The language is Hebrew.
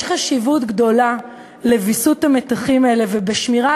יש חשיבות גדולה לוויסות המתחים האלה ולשמירה